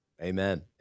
Amen